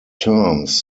terms